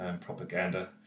propaganda